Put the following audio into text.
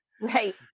Right